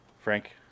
Frank